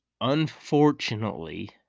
unfortunately